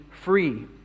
free